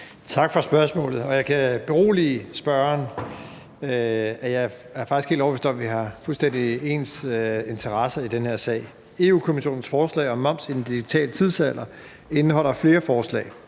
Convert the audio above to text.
Tak for spørgsmålet. Jeg kan berolige spørgeren med, at jeg faktisk er helt overbevist om, at vi har fuldstændig ens interesser i den her sag. Europa-Kommissionens forslag om »Moms i den digitale tidsalder« indeholder flere forslag.